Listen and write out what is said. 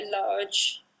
large